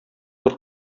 бер